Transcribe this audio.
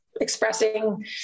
expressing